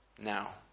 now